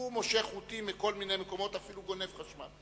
הוא מושך חוטים מכל מיני מקומות ואפילו גונב חשמל.